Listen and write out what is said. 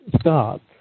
start